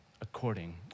according